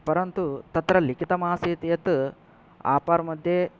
परन्तु तत्र लिखितमासित् यत् आपर् मध्ये